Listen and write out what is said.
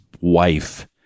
wife